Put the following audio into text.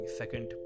second